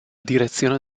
direzione